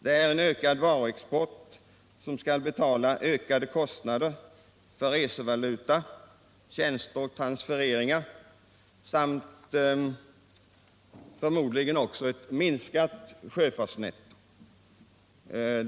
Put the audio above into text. Det är en ökad varuexport som skall betala ökade kostnader för resevaluta, tjänster och transfereringar samt förmodligen ett minskat sjöfartsnetto.